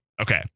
Okay